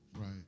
right